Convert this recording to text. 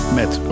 met